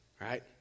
right